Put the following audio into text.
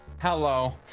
Hello